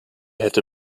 hätte